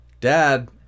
dad